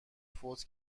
فوت